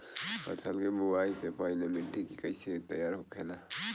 फसल की बुवाई से पहले मिट्टी की कैसे तैयार होखेला?